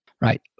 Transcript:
right